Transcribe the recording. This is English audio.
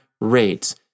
rates